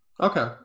Okay